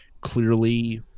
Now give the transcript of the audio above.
clearly